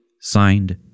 Signed